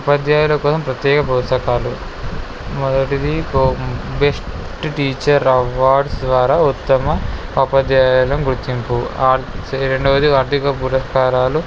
ఉపాధ్యాయులు కోసం ప్రత్యేక ప్రోత్సహకాలు మొదటిది కో బెస్ట్ టీచర్ అవార్డ్స్ ద్వారా ఉత్తమ ఉపాధ్యాయులు గుర్తింపు రెండవది ఆర్థిక పురస్కారాలు